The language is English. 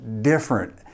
different